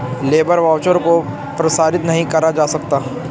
labour voucher को प्रसारित नहीं करा जा सकता